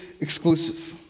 exclusive